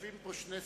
יושבים פה שני שרים,